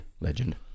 legend